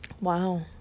Wow